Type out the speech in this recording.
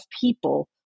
people